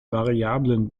variablen